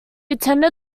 attended